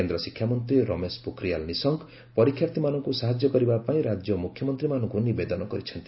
କେନ୍ଦ୍ର ଶିକ୍ଷାମନ୍ତ୍ରୀ ରମେଶ ପୋଖରିଆଲ ନିଶଙ୍କ ପରୀକ୍ଷାର୍ଥୀମାନଙ୍କୁ ସାହାଯ୍ୟ କରିବାପାଇଁ ରାଜ୍ୟ ମୁଖ୍ୟମନ୍ତ୍ରୀମାନଙ୍କୁ ନିବେଦନ କରିଛନ୍ତି